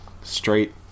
Straight